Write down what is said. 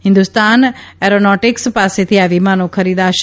Hindustan Aeronautics પાસેથી આ વિમાનો ખરીદાશે